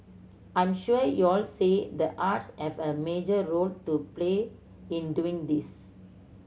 I'm sure you'll say the arts have a major role to play in doing this